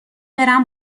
برم